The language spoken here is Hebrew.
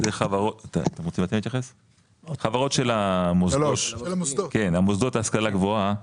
המוסדות להשכלה גבוהה,